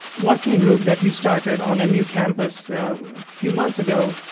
working group that we started on mu campus a few months ago,